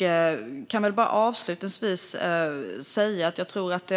Jag kan avslutningsvis säga att